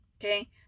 okay